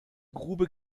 grube